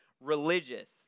religious